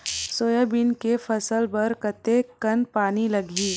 Soybean के फसल बर कतेक कन पानी लगही?